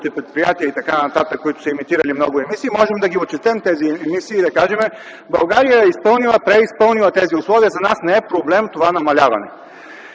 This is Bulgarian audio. предприятия и т.н., които са емитирали много емисии, и можем да отчетем тези емисии и да кажем: „България е изпълнила и преизпълнила тези условия. За нас не е проблем това намаляване”.